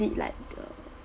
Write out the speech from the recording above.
did like the